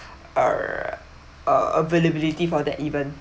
err uh availability for that even